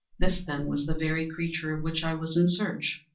this, then, was the very creature of which i was in search.